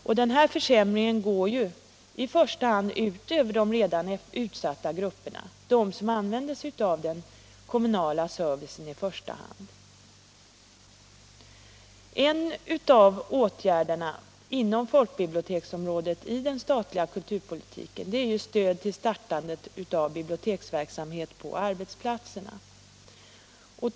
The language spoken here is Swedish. Och denna försämring går i första hand ut över de redan utsatta grupperna — de som i första hand använder den kommunala servicen. En av åtgärderna i den statliga kulturpolitiken inom folkbiblioteksområdet är stöd till startande av biblioteksverksamhet på arbetsplatserna.